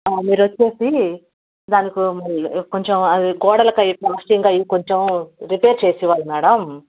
మీరు వచ్చి దానికి కొంచెం అవి గోడలకు అవి ప్లాస్టరింగ్ అవి కొంచెం రిపేర్ చేసి ఇవ్వాలి మ్యాడమ్